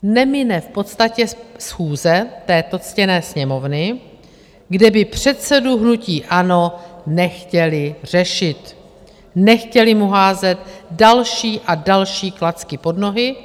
Nemine v podstatě schůze této ctěné Sněmovny, kde by předsedu hnutí ANO nechtěli řešit, nechtěli mu házet další a další klacky pod nohy.